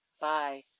Bye